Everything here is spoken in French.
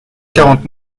quarante